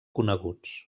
coneguts